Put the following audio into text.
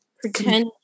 pretend